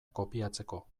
kopiatzeko